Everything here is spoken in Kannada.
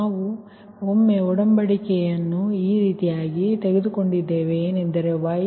ನಾವು ಒಮ್ಮೆ ಒಡಂಬಡಿಕೆಯನ್ನು ತೆಗೆದುಕೊಂಡಿದ್ದೇವೆ ಏನೆಂದರೆ YGjD